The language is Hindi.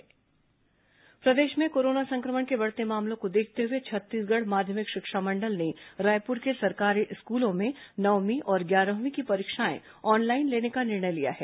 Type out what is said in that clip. कोरोना स्कूल प्रदेश में कोरोना संक्रमण के बढ़ते मामलों को देखते हुए छत्तीसगढ़ माध्यमिक शिक्षा मंडल ने रायपुर को सरकारी स्कूलों में नवमीं और ग्यारहवीं की परीक्षाएं ऑनलाइन लेने का निर्णय लिया है